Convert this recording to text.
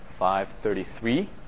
533